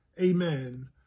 amen